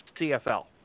CFL